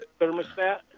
thermostat